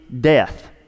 death